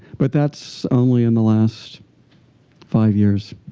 but that's only in the last five years.